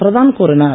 பிரதான் கூறினார்